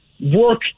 work